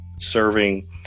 serving